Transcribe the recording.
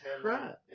crap